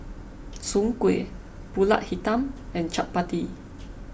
Soon Kuih Pulut Hitam and Chappati